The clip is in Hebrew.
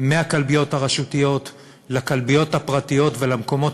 מהכלביות הרשותיות לכלביות הפרטיות ולמקומות